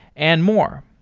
and more.